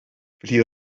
felly